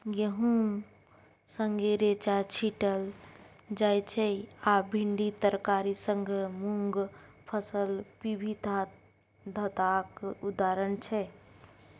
गहुम संगै रैंचा छीटल जाइ छै आ भिंडी तरकारी संग मुँग फसल बिबिधताक उदाहरण छै